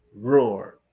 roar